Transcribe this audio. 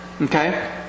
Okay